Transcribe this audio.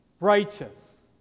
Righteous